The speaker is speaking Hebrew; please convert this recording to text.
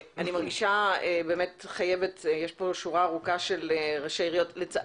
יש שורה ארוכה של ראשי עיריות שרוצים לדבר.